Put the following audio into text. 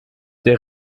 der